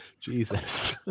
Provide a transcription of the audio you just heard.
Jesus